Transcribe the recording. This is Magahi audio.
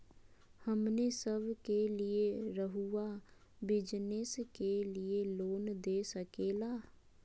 हमने सब के लिए रहुआ बिजनेस के लिए लोन दे सके ला?